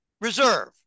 reserve